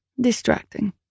distracting